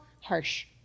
harsh